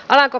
alanko